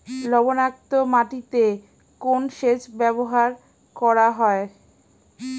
লবণাক্ত মাটিতে কোন সেচ ব্যবহার করা হয়?